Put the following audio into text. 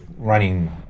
running